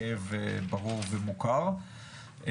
הכאב ברור ומוכר.